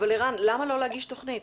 אבל ערן, למה לא להגיש תוכנית?